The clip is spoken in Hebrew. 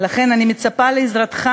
מה המשמעות של לשרת,